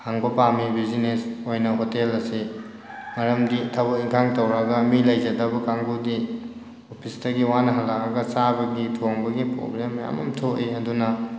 ꯍꯥꯡꯕ ꯄꯥꯝꯃꯤ ꯕꯤꯖꯤꯅꯦꯁ ꯑꯣꯏꯅ ꯍꯣꯇꯦꯜ ꯑꯁꯤ ꯃꯔꯝꯗꯤ ꯊꯕꯛ ꯏꯪꯈꯥꯡ ꯇꯧꯔꯛꯑꯒ ꯃꯤ ꯂꯩꯖꯗꯕ ꯀꯥꯡꯕꯨꯗꯤ ꯑꯣꯐꯤꯁꯇꯒꯤ ꯋꯥꯅ ꯍꯜꯂꯛꯑꯒ ꯆꯥꯕꯒꯤ ꯊꯣꯡꯕꯒꯤ ꯄ꯭ꯔꯣꯕ꯭ꯂꯦꯝ ꯃꯌꯥꯝ ꯑꯃ ꯊꯣꯛꯏ ꯑꯗꯨꯅ